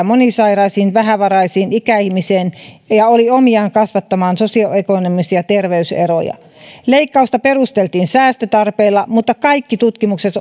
monisairaisiin vähävaraisiin ikäihmisiin ja ja oli omiaan kasvattamaan sosioekonomisia terveyseroja leikkausta perusteltiin säästötarpeilla mutta kaikki tutkimukset